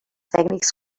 tècnics